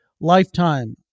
lifetime